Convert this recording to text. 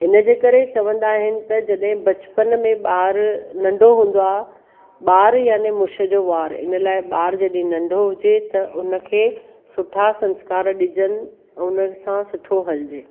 हिन जे करे चवंदा आहिनि त जॾहिं बचपन में ॿार नंढो हूंदो आ्हे ॿार यानी मुछ जो वार इन लाइ ॿार जॾहिं नंढो हुजे त उनखें सुठा संस्कार ॾिजनि उन सां सुठो हलजे